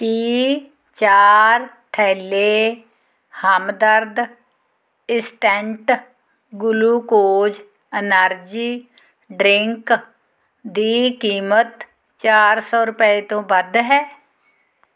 ਕੀ ਚਾਰ ਥੈਲੈ Hamdard instant glucose energy drink ਦੀ ਕੀਮਤ ਚਾਰ ਸੌ ਰੁਪਏ ਤੋਂ ਵੱਧ ਹੈ